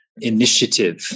initiative